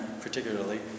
particularly